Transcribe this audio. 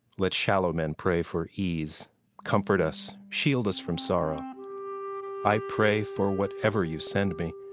let shallow men pray for ease comfort us shield us from sorrow i pray for whatever you send me,